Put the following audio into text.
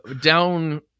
Down